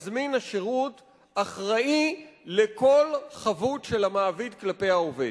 מזמין השירות אחראי לכל חבות של המעביד כלפי העובד.